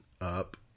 up